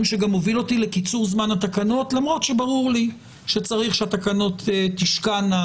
שגם מוביל אותי לקיצור זמן התקנות למרות שברור לי שצריך שהתקנות תשקענה.